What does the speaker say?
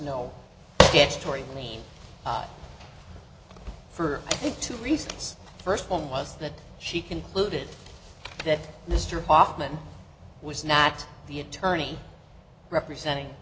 story for two reasons first one was that she concluded that mr hoffman was not the attorney representing